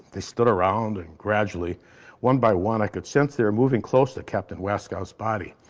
they stood around and gradually one by one i could sense they were moving close to captain wascow's body.